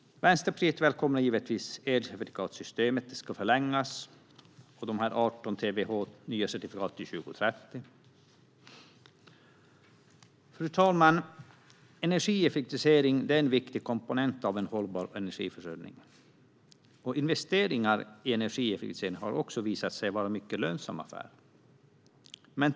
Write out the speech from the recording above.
Vänsterpartiet välkomnar givetvis att elcertifikatssystemet ska förlängas för ytterligare 18 terawattimmar till 2030. Fru talman! Energieffektivisering är en viktig komponent i en hållbar energiförsörjning, och investeringar i energieffektivisering har också visat sig vara en mycket lönsam affär.